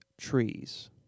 trees